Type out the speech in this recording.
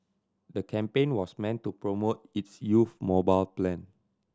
the campaign was meant to promote its youth mobile plan